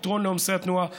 פתרון לעומסי התנועה בכבישים,